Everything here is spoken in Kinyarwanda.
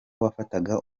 wafataga